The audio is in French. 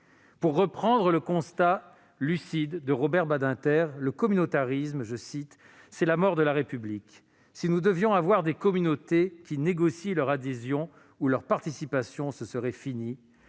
de reprendre le constat lucide de Robert Badinter :« Le communautarisme, c'est la mort de la République. Si nous devions avoir des communautés qui négocient leur adhésion ou leur participation, ce serait fini.